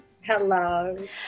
Hello